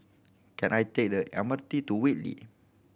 can I take the M R T to Whitley